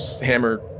hammer